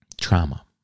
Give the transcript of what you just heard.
trauma